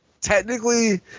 technically